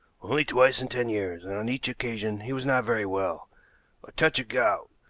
only twice in ten years, and on each occasion he was not very well a touch of gout,